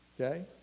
Okay